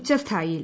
ഉച്ചസ്ഥായിയിൽ